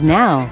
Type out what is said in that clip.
now